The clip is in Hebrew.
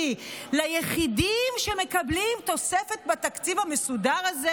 ליחידים שמקבלים תוספת בתקציב המסודר הזה?